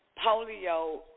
polio